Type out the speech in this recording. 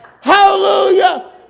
Hallelujah